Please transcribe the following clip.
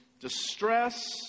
Distress